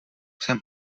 jsem